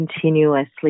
continuously